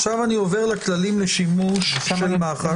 עכשיו אני עובר לכללים לשימוש של מח"ש